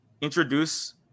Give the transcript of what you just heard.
introduce